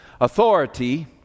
Authority